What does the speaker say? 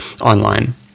online